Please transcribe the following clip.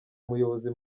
umuyobozi